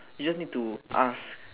you just need to ask